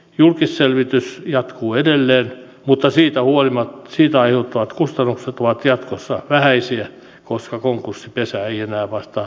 julkisselvitys jatkuu edelleen mutta siitä aiheutuvat kustannukset ovat jatkossa vähäisiä koska konkurssipesä ei enää vastaa kaivoksen ylläpidosta